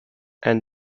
and